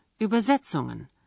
Übersetzungen